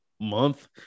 month